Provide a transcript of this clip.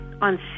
on